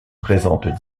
présentent